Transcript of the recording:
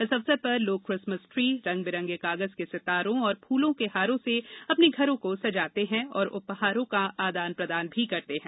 इस अवसर पर लोग क्रिसमस ट्री रंग बिरंगे कागज के सितारों और फूलों के हारों से अपने घरों को सजाते हैं तथा उपहारों का आदान प्रदान भी करते हैं